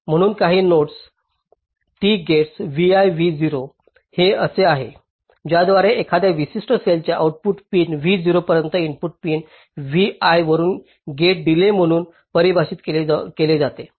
म्हणून काही notes T gate vi vo हे असे आहे ज्याद्वारे एखाद्या विशिष्ट सेलच्या आउटपुट पिन Vo पर्यंत इनपुट पिन vi वरून गेट डीलेय म्हणून परिभाषित केले जाते